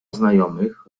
znajomych